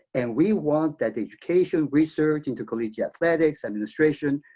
and we want that education, research, intercollegiate athletics, administration,